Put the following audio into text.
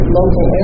local